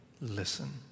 listen